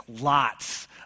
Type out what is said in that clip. lots